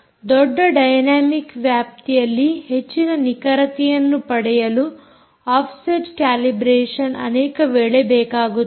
ದೊಡ್ಡ ಡೈನಾಮಿಕ್ ವ್ಯಾಪ್ತಿಯಲ್ಲಿ ಹೆಚ್ಚಿನ ನಿಖರತೆಯನ್ನು ಪಡೆಯಲು ಆಫ್ಸೆಟ್ ಕ್ಯಾಲಿಬ್ರೇಷನ್ ಅನೇಕ ವೇಳೆ ಬೇಕಾಗುತ್ತದೆ